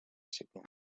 signal